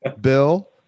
Bill